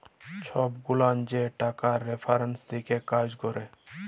ছব গুলান যে টাকার রেফারেলস দ্যাখে কাজ ক্যরে